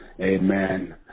amen